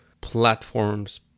platforms